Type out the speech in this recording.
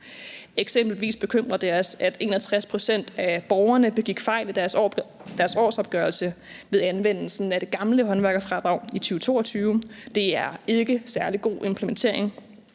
Eksempelvis bekymrer det os, at 61 pct. af borgerne lavede fejl i deres årsopgørelse ved anvendelsen af det gamle håndværkerfradrag i 2022 – det er ikke særlig god implementering